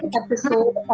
episode